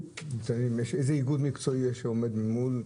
איזה איגוד מקצועי יש שעומד מול?